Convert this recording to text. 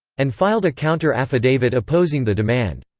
and filed a counter affidavit opposing the demand.